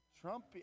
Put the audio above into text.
Trump